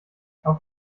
auf